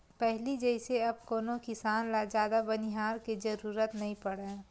पहिली जइसे अब कोनो किसान ल जादा बनिहार के जरुरत नइ पड़य